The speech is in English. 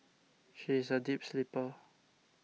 she is a deep sleeper